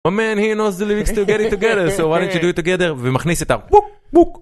Oh, Man, he knows the lyrics together, so why did he do it together ומכניס את הבוק בוק.